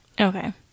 okay